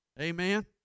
Amen